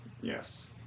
yes